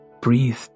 breathe